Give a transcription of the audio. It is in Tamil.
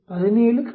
17 6